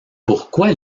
pourquoi